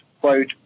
quote